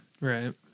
Right